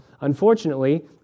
Unfortunately